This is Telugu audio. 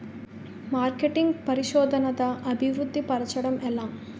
మార్కెటింగ్ పరిశోధనదా అభివృద్ధి పరచడం ఎలా